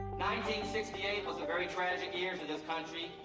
sixty eight was a very tragic year to this country,